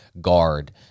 guard